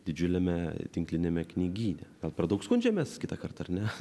didžiuliame tinkliniame knygyne gal per daug skundžiamės kitąkart ar ne